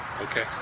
okay